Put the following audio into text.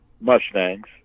Mustangs